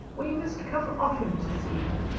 we must come often to see her.